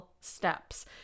steps